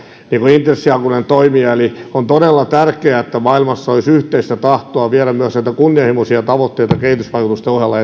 intressihakuinen toimija eli on todella tärkeää että maailmassa olisi yhteistä tahtoa viedä myös näitä kunnianhimoisia tavoitteita kehitysvaikutusten ohella